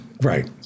Right